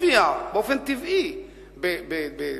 הופיעה באופן טבעי בתקשורת,